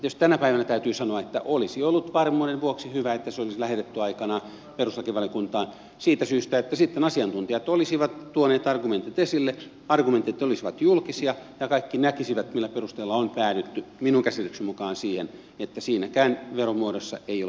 tietysti tänä päivänä täytyy sanoa että olisi ollut varmuuden vuoksi hyvä että se olisi lähetetty aikanaan perustuslakivaliokuntaan siitä syystä että sitten asiantuntijat olisivat tuoneet argumentit esille argumentit olisivat julkisia ja kaikki näkisivät millä perusteilla on päädytty minun käsitykseni mukaan siihen että siinäkään veromuodossa ei ole perustuslaillista ongelmaa